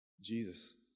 Jesus